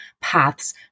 paths